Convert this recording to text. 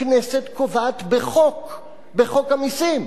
הכנסת קובעת בחוק, חוק המסים,